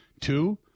Two